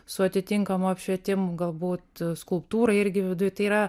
su atitinkamu apšvietimu galbūt skulptūra irgi viduj tai yra